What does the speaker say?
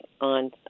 on